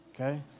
Okay